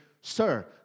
sir